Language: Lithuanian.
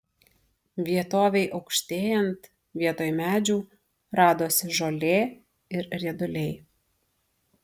vietovei aukštėjant vietoj medžių radosi žolė ir rieduliai